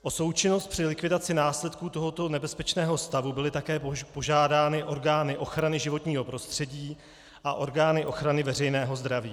O součinnost při likvidaci následků tohoto nebezpečného stavu byly také požádány orgány ochrany životního prostředí a orgány ochrany veřejného zdraví.